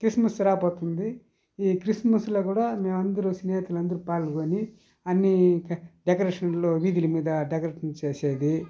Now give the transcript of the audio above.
Christmas రాబోతుంది ఈ క్రిస్మస్లో కూడా మేమందరం స్నేహితులందరం పాల్గొని అన్నీ ఇక డెకరేషన్లు వీధుల మీద డెకరేషన్ చేసేది